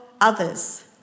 others